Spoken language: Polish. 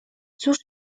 cóż